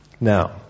now